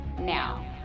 now